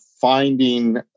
finding